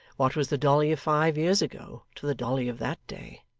what was the dolly of five years ago, to the dolly of that day!